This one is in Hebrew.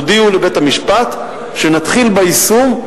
תודיעו לבית-המשפט שנתחיל ביישום,